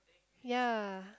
ya